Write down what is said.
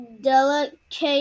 delicate